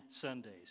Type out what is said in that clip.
Sundays